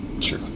True